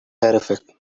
terrific